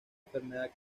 enfermedad